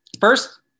First